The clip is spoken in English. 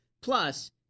Plus